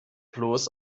bloß